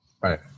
Right